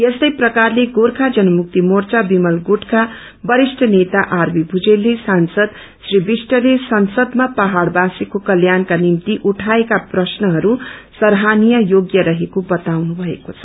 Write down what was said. यस्तै प्रकारले गोर्खा जनमुक्ति मोर्चा विमल गुटका वरिष्ट नेता आर बी भुजेलले सांसद श्री विष्टले संसदमा पहाड़वासीको कल्याणको निम्ति उठाएका प्रश्नहरू सराहनीय योग्य रहेको बताउनु भएको छ